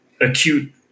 Acute